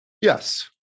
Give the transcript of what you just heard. Yes